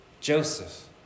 Joseph